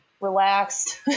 relaxed